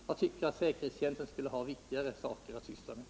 Jag tycker att säkerhetstjänsten skulle ha viktigare saker att syssla med.